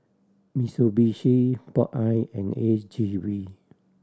Mitsubishi Popeye and A G V